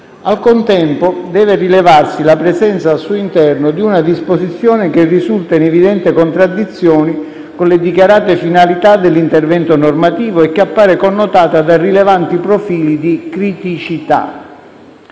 Al contempo, deve rilevarsi la presenza al suo interno di una disposizione che risulta in evidente contraddizione con le dichiarate finalità dell'intervento normativo e che appare connotata da rilevanti profili di criticità.